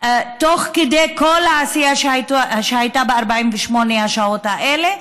תוך כדי כל העשייה שהייתה ב-48 השעות האלה,